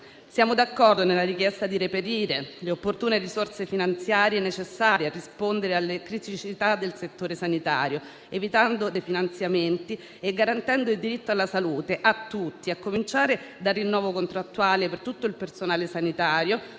Siamo d'accordo con la richiesta di reperire le opportune risorse finanziarie necessarie a rispondere alle criticità del settore sanitario evitando definanziamenti e garantendo il diritto alla salute a tutti, a cominciare dal rinnovo contrattuale per tutto il personale sanitario,